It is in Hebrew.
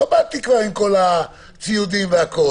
לא באתי עם כל הציוד והכול.